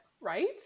Right